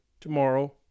tomorrow